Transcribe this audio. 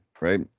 Right